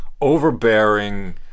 overbearing